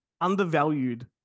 undervalued